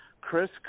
Chris